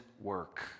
work